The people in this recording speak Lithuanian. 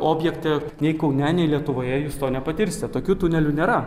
objekte nei kaune nei lietuvoje jūs to nepatirsite tokių tunelių nėra